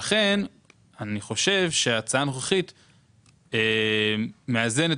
כנראה שיש אינדיקציה לכך שהם באמת צריכים